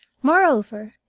moreover,